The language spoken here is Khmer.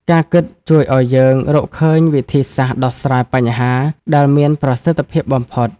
ការគិតជួយឱ្យយើងរកឃើញវិធីសាស្ត្រដោះស្រាយបញ្ហា ដែលមានប្រសិទ្ធភាពបំផុត។